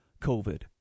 COVID